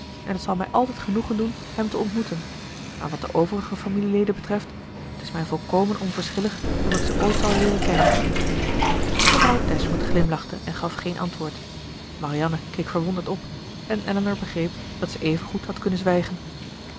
en t zal mij altijd genoegen doen hem te ontmoeten maar wat de overige familieleden betreft t is mij volkomen onverschillig of ik ze ooit zal leeren kennen mevrouw dashwood glimlachte en gaf geen antwoord marianne keek verwonderd op en elinor begreep dat zij even goed had kunnen zwijgen